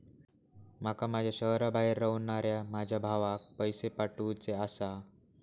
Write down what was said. माका माझ्या शहराबाहेर रव्हनाऱ्या माझ्या भावाक पैसे पाठवुचे आसा